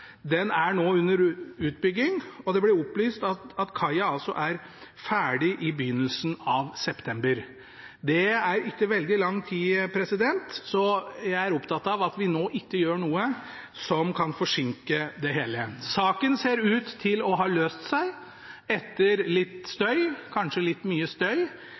den kaia som er ødelagt – nå er under utbygging, og at kaia er ferdig i begynnelsen av september. Det er ikke veldig lang tid, så jeg er opptatt av at vi nå ikke gjør noe som kan forsinke det hele. Saken ser ut til å ha løst seg – etter kanskje litt mye støy.